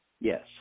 Yes